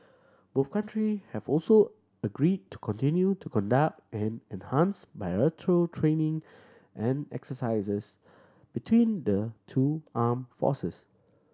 both country have also agreed to continue to conduct and enhance bilateral training and exercises between the two armed forces